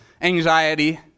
anxiety